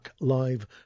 live